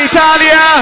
Italia